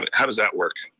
how does that work?